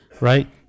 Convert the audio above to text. right